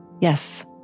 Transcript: Yes